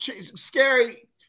scary